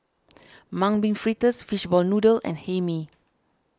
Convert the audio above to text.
Mung Bean Fritters Fishball Noodle and Hae Mee